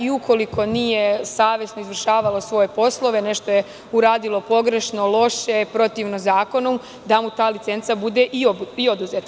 Ukoliko nije savesno izvršavalo svoje poslove, nešto je uradilo pogrešno, loše, protivno zakonu, da mu ta licenca bude i oduzeta.